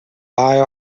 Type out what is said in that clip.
buy